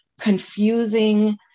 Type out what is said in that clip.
confusing